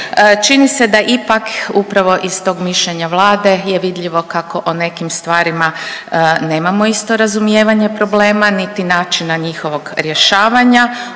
čini se da ipak upravo iz tog mišljenja Vlade je vidljivo kako o nekim stvarima nemamo isto razumijevanje problema niti načina njihovog rješavanja